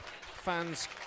fans